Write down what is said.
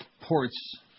Ports